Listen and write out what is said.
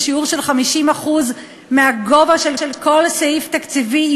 לשיעור של 50% מהגובה של כל סעיף תקציבי,